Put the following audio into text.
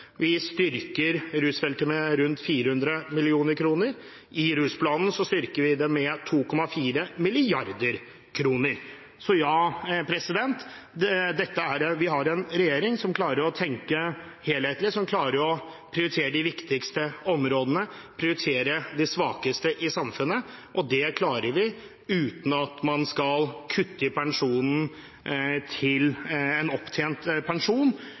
Vi styrker rusfeltet med rundt 400 mill. kr. I rusplanen styrker vi det med 2,4 mrd. kr. Så ja, vi har en regjering som klarer å tenke helhetlig, som klarer å prioritere de viktigste områdene, prioritere de svakeste i samfunnet. Det klarer vi uten at man skal kutte i en opptjent pensjon,